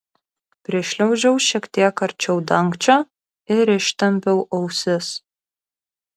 prišliaužiau šiek tiek arčiau dangčio ir ištempiau ausis